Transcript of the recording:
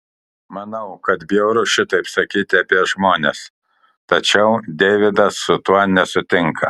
manau kad bjauru šitaip sakyti apie žmones tačiau deividas su tuo nesutinka